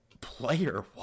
player